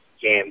game